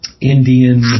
Indian